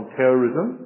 terrorism